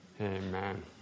amen